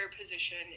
position